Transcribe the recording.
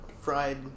fried